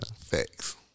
Thanks